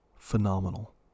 Phenomenal